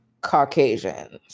Caucasians